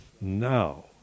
now